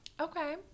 okay